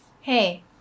hey